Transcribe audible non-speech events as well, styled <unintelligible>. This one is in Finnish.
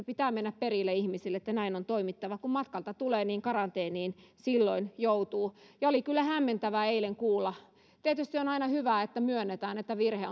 <unintelligible> pitää mennä perille ihmisille että näin on toimittava kun matkalta tulee niin karanteeniin silloin joutuu ja oli kyllä hämmentävää eilen kuulla tietysti on aina hyvä että myönnetään että virhe <unintelligible>